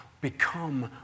become